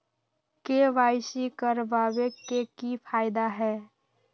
KYC करवाबे के कि फायदा है?